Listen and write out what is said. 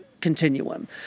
continuum